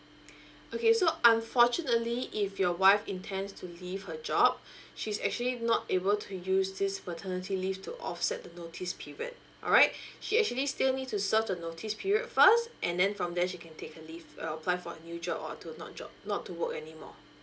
okay so unfortunately if your wife intends to leave her job she's actually not able to use this maternity leave to offset the notice period alright she actually still need to serve the notice period first and then from there she can take leave uh apply for new job or to not job not to work anymore